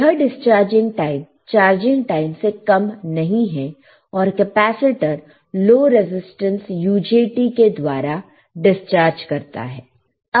यह discharging time charging time से कम नहीं है और कैपेसिटर लो रेजिस्टेंस UJT के द्वारा डिस्चार्ज करता है